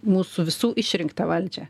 mūsų visų išrinktą valdžią